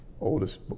Oldest